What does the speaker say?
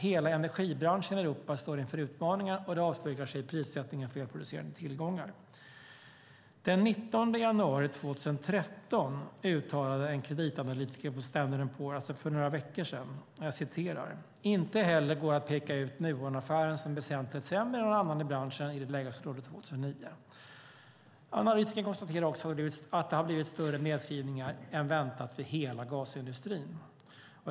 Hela energibranschen i Europa står inför utmaningar, och det avspeglar sig i prissättningen för elproducerande tillgångar. Den 19 januari 2013, alltså för några veckor sedan, uttalade en kreditanalytiker på Standard & Poors följande: Inte heller går det att peka ut Nuonaffären som väsentligt sämre än någon annan i branschen i det läge som rådde 2009. Analytikern konstaterar också att det har blivit större nedskrivningar än väntat i hela gasindustrin.